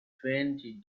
twenty